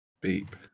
beep